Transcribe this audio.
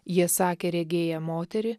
jie sakė regėję moterį